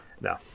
no